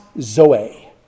Zoe